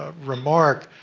ah remark